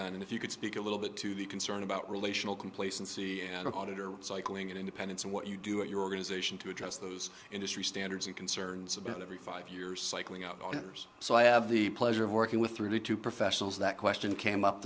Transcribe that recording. then if you could speak a little bit to the concern about relational complacency and auditor cycling in independence and what you do at your organization to address those industry standards and concerns about every five years cycling so i have the pleasure of working with through to professionals that question came up